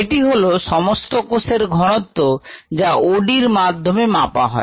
এটি হলো সমস্ত কোষের ঘনত্ব যা OD এর মাধ্যমে মাপা হয়